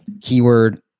keyword